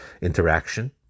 interaction